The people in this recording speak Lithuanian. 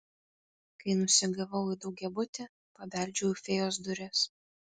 kai nusigavau į daugiabutį pabeldžiau į fėjos duris